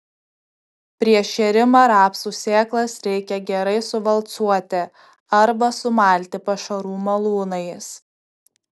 prieš šėrimą rapsų sėklas reikia gerai suvalcuoti arba sumalti pašarų malūnais